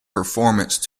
performance